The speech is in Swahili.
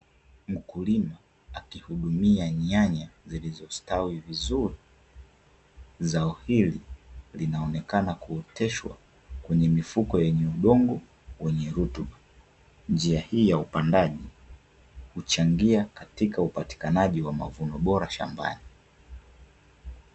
Mkulima akihudumia nyanya zilizostawi vizuri. Zao hili linaonekana kuoteshwa kwenye mifuko yenye udongo wenye rutuba. Njia hii ya upandaji huchangia katika upatikanaji wa mavuno bora shambani.